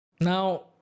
Now